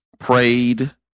Prayed